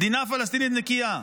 מדינה פלסטינית נקייה.